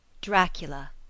Dracula